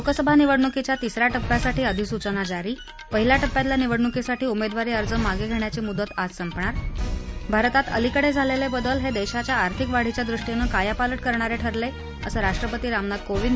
लोकसभा निवडणुकीच्या तिसऱ्या टप्प्यासाठी अधिसूचना जारी पहिल्या टप्प्यातल्या निवडणुकीसाठी उमेदवारी अर्ज मागं घेण्याची मुदत आज संपणार भारतात अलीकडे झालेले बदल हे देशाच्या आर्थिक वाढीच्या दृष्टीनं कायापालट करणारे ठरले असं राष्ट्रपती रामनाथ कोविंद